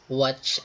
watch